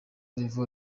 level